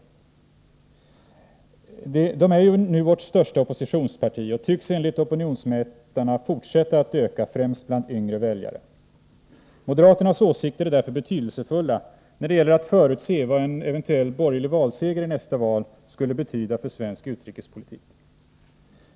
Moderaterna är ju nu vårt största oppositionsparti, och partiet tycks enligt opinionsmätningarna fortsätta att öka, främst bland yngre väljare. Moderaternas åsikter är därför betydelsefulla när det gäller att förutse vad en eventuell borgerlig valseger i nästa val skulle betyda för svensk utrikespolitik.